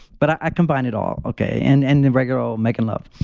but i combined it all. okay, and and and regular old making love.